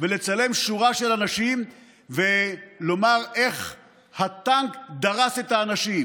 ולצלם שורה של אנשים ולומר איך הטנק דרס את האנשים,